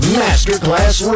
masterclass